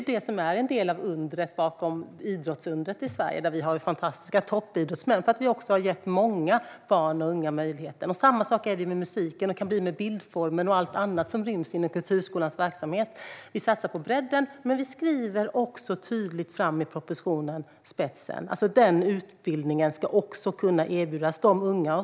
Detta är en del av idrottsundret i Sverige. Vi har fantastiska toppidrottsmän därför att vi har gett många barn och unga möjligheten. Samma sak gäller för musiken, och det kan bli det med bildformen och allt annat som ryms inom kulturskolans verksamhet. Vi satsar på bredden, men vi skriver tydligt i propositionen att också spetsutbildningen ska kunna erbjudas de unga.